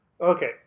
Okay